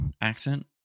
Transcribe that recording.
accent